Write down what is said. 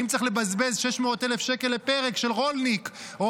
אם צריך לבזבז 600,000 שקל לפרק של רולניק או